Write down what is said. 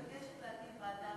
אני מבקשת להקים ועדה משותפת.